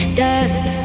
dust